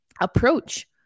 approach